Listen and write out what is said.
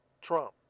Trump